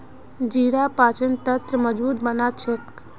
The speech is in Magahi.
जीरा पाचन तंत्रक मजबूत बना छेक